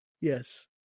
Yes